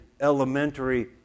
elementary